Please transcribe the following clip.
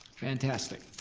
fantastic,